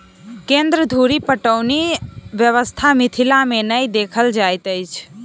केन्द्र धुरि पटौनी व्यवस्था मिथिला मे नै देखल जाइत अछि